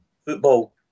football